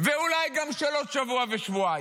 ואולי גם בעוד שבוע ושבועיים.